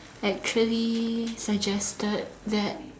actually suggested that